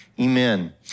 Amen